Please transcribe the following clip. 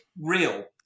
real